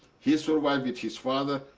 he survived with his father.